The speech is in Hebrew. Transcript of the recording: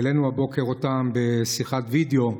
העלינו אותם הבוקר בשיחת וידיאו,